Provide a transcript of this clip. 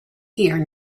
here